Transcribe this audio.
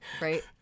right